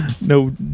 no